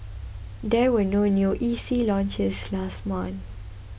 there were no new E C launches last month